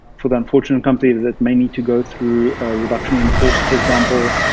for the unfortunate company that may need to go through a reduction in force for example.